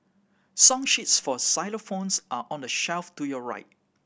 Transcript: song sheets for xylophones are on the shelf to your right